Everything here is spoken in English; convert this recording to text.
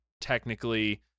Technically